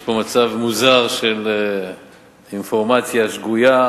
יש פה מצב מוזר של אינפורמציה שגויה,